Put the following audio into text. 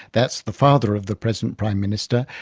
that's the father of the present prime minister,